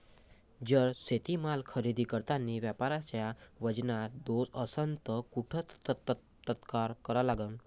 जर शेतीमाल खरेदी करतांनी व्यापाऱ्याच्या वजनात दोष असन त कुठ तक्रार करा लागन?